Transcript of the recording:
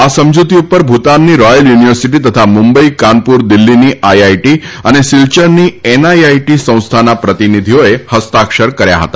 આ સમજૂતી ઉપર ભૂતાનની રોચલ યુનિવર્સિટી તથા મુંબઇ કાનપુર દિલ્હીની આઇઆઈટી અને સિલ્યરની એનઆઇઆઇટી સંસ્થાના પ્રતિનિધિઓએ હસ્તાક્ષર કર્યા હતા